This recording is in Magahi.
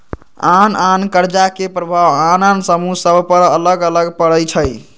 आन आन कर्जा के प्रभाव आन आन समूह सभ पर अलग अलग पड़ई छै